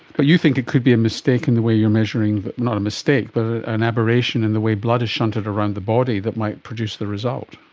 but you think it could be a mistake in the way you are measuring, not a mistake but an aberration in the way blood is shunted around the body that might produce the result.